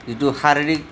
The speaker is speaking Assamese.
যিটো শাৰীৰিক